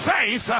faith